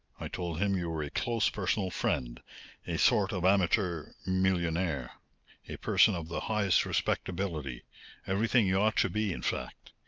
i told him you were a close personal friend a sort of amateur millionaire a person of the highest respectability everything you ought to be, in fact.